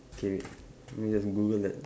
okay wait let me just Google that